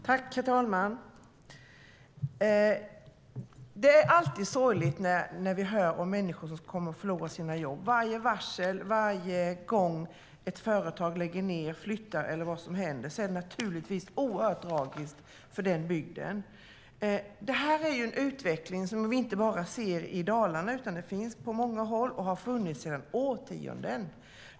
Herr talman! Det är alltid sorgligt när vi hör om människor som kommer att förlora sina jobb. Varje varsel, varje gång ett företag lägger ned eller flyttar är naturligtvis oerhört tragiskt för bygden. Det här är ju en utveckling som vi inte bara ser i Dalarna, utan den finns på många håll och har funnits sedan årtionden tillbaka.